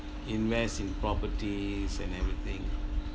invest in properties and everything